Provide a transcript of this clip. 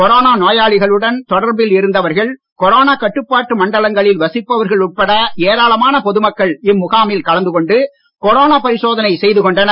corona நோயாளிகளுடன் தொடர்பில் இருந்தவர்கள் கொரோனா கட்டுப்பாட்டு மண்டலங்களில் வசிப்பவர்கள் உட்பட ஏராளமான பொது மக்கள் இம்முகாமில் கலந்துகொண்டு கொரோனா பரிசோதனை செய்து கொண்டனர்